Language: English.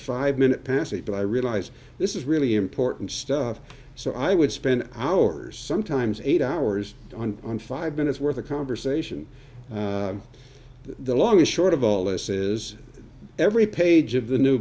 five minute passage but i realize this is really important stuff so i would spend hours sometimes eight hours on on five minutes worth of conversation the long and short of all this is every page of the new